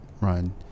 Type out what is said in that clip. run